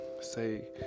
say